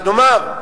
אבל נאמר,